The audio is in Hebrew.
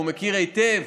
והוא מכיר היטב